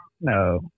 No